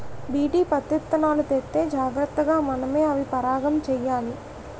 BT పత్తిత్తనాలు తెత్తే జాగ్రతగా మనమే అవి పరాగం చెయ్యాలి